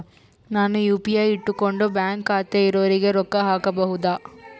ನಾನು ಯು.ಪಿ.ಐ ಇಟ್ಕೊಂಡು ಬ್ಯಾಂಕ್ ಖಾತೆ ಇರೊರಿಗೆ ರೊಕ್ಕ ಹಾಕಬಹುದಾ?